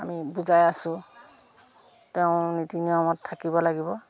আমি বুজাই আছোঁ তেওঁৰ নীতি নিয়মত থাকিব লাগিব